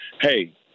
Hey